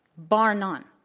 bar none.